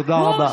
תודה רבה.